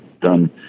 done